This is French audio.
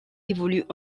évolue